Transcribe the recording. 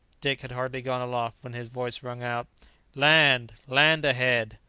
dick had hardly gone aloft when his voice rung out land! land ahead!